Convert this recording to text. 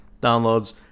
downloads